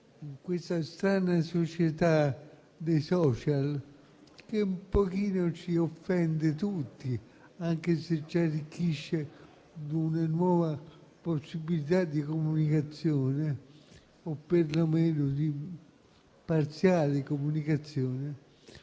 in questa strana società dei *social*, che un pochino ci offende tutti anche se ci arricchisce di una nuova possibilità di comunicazione o perlomeno di parziale comunicazione,